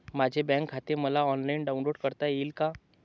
माझे बँक खाते मला ऑनलाईन डाउनलोड करता येईल का?